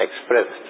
expressed